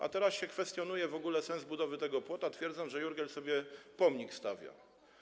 a teraz kwestionuje się w ogóle sens budowy tego płotu, twierdząc, że Jurgiel sobie pomnik stawia.